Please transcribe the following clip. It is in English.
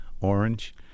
orange